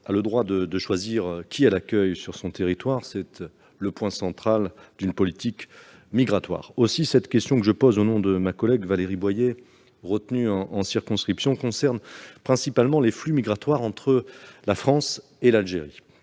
a le droit de choisir qui elle accueille sur son territoire. C'est le point central d'une politique migratoire. Aussi cette question, que je pose au nom de ma collègue Valérie Boyer, retenue en circonscription, concerne principalement les flux migratoires entre la France et l'Algérie.